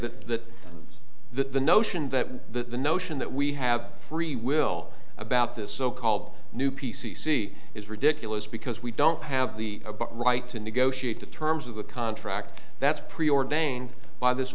say that the notion that the notion that we have free will about this so called new p c c is ridiculous because we don't have the right to negotiate the terms of a contract that's preordained by this